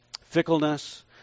fickleness